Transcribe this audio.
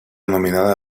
nominada